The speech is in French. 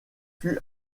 fut